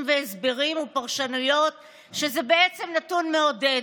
והסברים ופרשנויות שזה בעצם נתון מעודד,